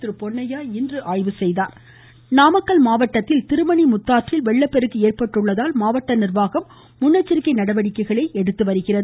ம் ம் ம் ம் ம் ம நாமக்கல் வாய்ஸ் நாமக்கல் மாவட்டத்தில் திருமணி முத்தாற்றில் வெள்ளப்பெருக்கு ஏற்பட்டுள்ளதால் மாவட்ட நிர்வாகம் முன்னெச்சரிக்கை நடவடிக்கைகளில் ஈடுபட்டு வருகிறது